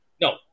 No